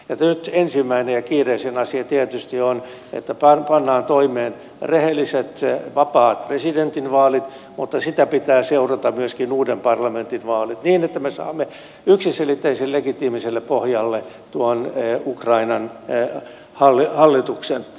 nyt ensimmäinen ja kiireisin asia tietysti on että pannaan toimeen rehelliset vapaat presidentinvaalit mutta niitä pitää seurata myöskin uuden parlamentin vaalit niin että me saamme yksiselitteisen legitiimiselle pohjalle tuon ukrainan hallituksen